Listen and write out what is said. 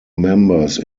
members